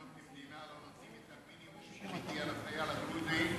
אנחנו כמדינה לא נותנים את המינימום שמגיע לחייל הדרוזי.